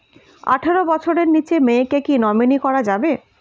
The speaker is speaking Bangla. আঠারো বছরের নিচে মেয়েকে কী নমিনি করা যাবে?